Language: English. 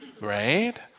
right